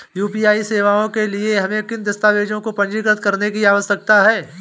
UPI सेवाओं के लिए हमें किन दस्तावेज़ों को पंजीकृत करने की आवश्यकता है?